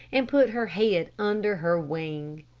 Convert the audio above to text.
and put her head under her wing.